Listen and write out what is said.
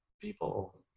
people